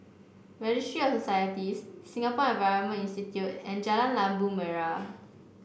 registry a Societies Singapore Environment Institute and Jalan Labu Merah